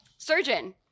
Surgeon